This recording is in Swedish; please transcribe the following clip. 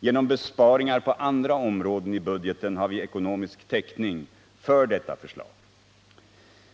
Genom besparingar på andra områden i budgeten har vi ekonomisk täckning för detta förslag.